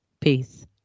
peace